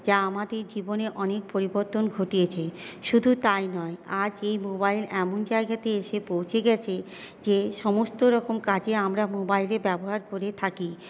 যা আমাদের জীবনে অনেক পরিবর্তন ঘটিয়েছে শুধু তাই নয় আজ এই মোবাইল এমন জায়গাতে এসে পৌঁছে গেছে যে সমস্তরকম কাজে আমরা মোবাইলের ব্যবহার করে থাকি